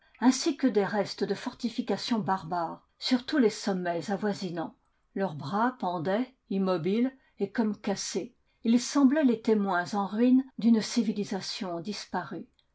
ainsi que des restes de fortifications barbares sur tous les sommets avoisinants leurs bras pendaient immo biles et comme cassés ils sembaient les témoins en ruined une civilisation disparue